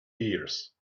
years